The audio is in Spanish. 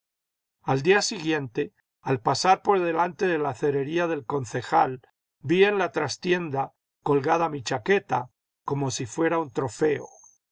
al día siguiente al pasar por delante de la cerería del concejal vi en la trastienda colgada mi chaqueta como si fuera un trofeo